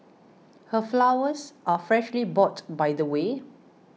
her flowers are freshly bought by the way